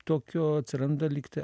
tokio atsiranda lyg tai